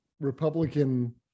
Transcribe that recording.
Republican